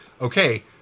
okay